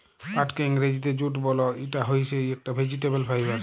পাটকে ইংরজিতে জুট বল, ইটা হইসে একট ভেজিটেবল ফাইবার